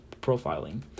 profiling